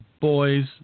boys